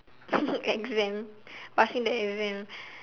exam passing the exam